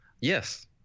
yes